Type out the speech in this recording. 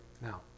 now